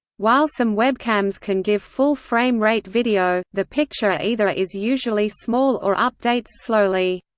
while some webcams can give full-frame-rate video, the picture either is usually small or updates slowly.